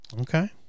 okay